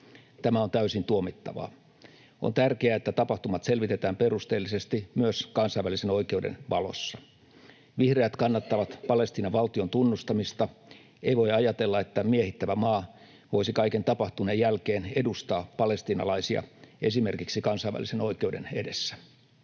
Tämä on täysin tuomittavaa. On tärkeää, että tapahtumat selvitetään perusteellisesti myös kansainvälisen oikeuden valossa. Vihreät kannattavat Palestiinan valtion tunnustamista: ei voi ajatella, että miehittävä maa voisi kaiken tapahtuneen jälkeen edustaa palestiinalaisia esimerkiksi kansainvälisen oikeuden edessä.